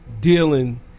dealing